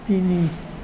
তিনি